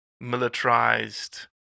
Militarized